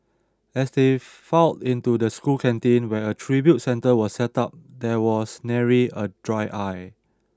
as they filed into the school canteen where a tribute centre was set up there was nary a dry eye